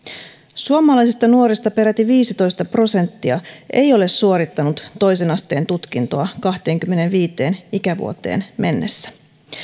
suomalaisista nuorista peräti viisitoista prosenttia ei ole suorittanut toisen asteen tutkintoa kahteenkymmeneenviiteen ikävuoteen mennessä